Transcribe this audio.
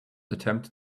attempt